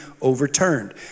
overturned